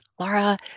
Laura